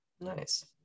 Nice